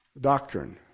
doctrine